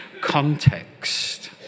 context